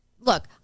Look